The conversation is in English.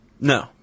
No